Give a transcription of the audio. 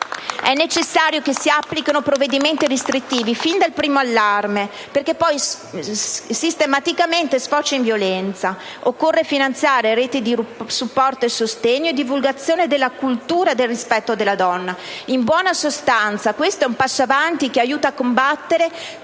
È necessario che si applichino i provvedimenti restrittivi fin dal primo allarme, perché poi quasi sistematicamente si sfocia nella violenza. Occorre finanziare anche le reti di supporto, sostegno e divulgazione della cultura del rispetto della donna. In buona sostanza, questo rappresenta un passo avanti che aiuta a combattere